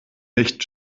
nicht